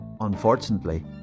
unfortunately